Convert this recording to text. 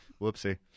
whoopsie